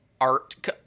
art